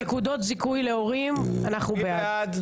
נקודות זיכוי להורים, אנחנו בעד.